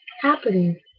happening